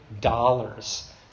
dollars